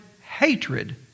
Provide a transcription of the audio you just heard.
hatred